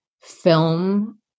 film